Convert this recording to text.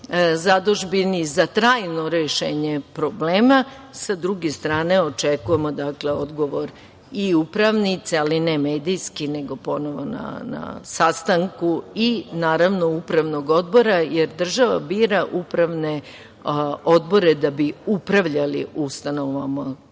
zadužbini za trajno rešenje problema. Sa druge strane, očekujemo odgovor upravnice, ali ne medijski, nego ponovo na sastanku i naravno Upravnog odbora, jer država bira upravne odbore da bi upravljali ustanovama kulture